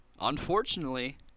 unfortunately